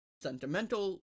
sentimental